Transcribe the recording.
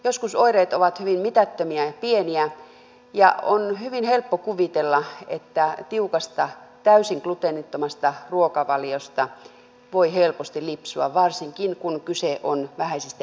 joskus oireet ovat hyvin mitättömiä ja pieniä ja on hyvin helppo kuvitella että tiukasta täysin gluteenittomasta ruokavaliosta voi helposti lipsua varsinkin kun kyse on vähäisistä euromääristä